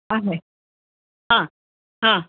आहे हां हां